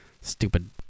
Stupid